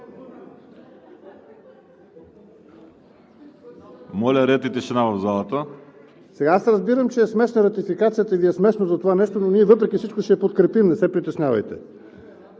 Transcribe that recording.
Моля, ред и тишина в залата. ТАСКО ЕРМЕНКОВ: Разбирам, че е смешна ратификацията и Ви е смешно за това нещо, но ние, въпреки всичко, ще я подкрепим, не се притеснявайте.